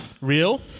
Real